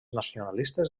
nacionalistes